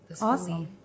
Awesome